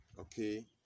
okay